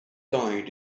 died